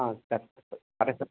हा साढा सत